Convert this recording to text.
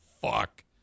fuck